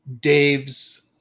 Dave's